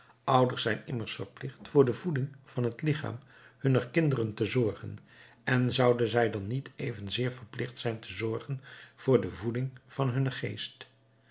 ouders zijn immers verplicht voor de voeding van het lichaam hunner kinderen te zorgen en zouden zij dan niet evenzeer verplicht zijn te zorgen voor de voeding van hunnen geest